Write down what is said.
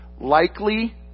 likely